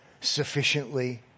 sufficiently